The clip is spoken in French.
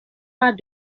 pas